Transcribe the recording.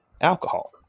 alcohol